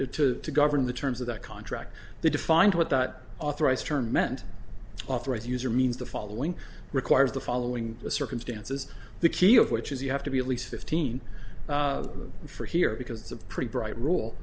but it to govern the terms of that contract the defined what that authorized term meant authorize use or means the following requires the following circumstances the key of which is you have to be at least fifteen for here because it's a pretty bright rule